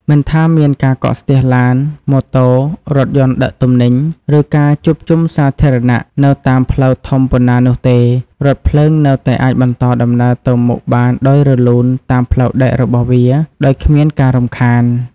មិនថាមានការកកស្ទះឡាន ម៉ូតូ រថយន្តដឹកទំនិញ ឬការជួបជុំសាធារណៈនៅតាមផ្លូវធំប៉ុណ្ណានោះទេ រថភ្លើងនៅតែអាចបន្តដំណើរទៅមុខបានដោយរលូនតាមផ្លូវដែករបស់វា ដោយគ្មានការរំខាន។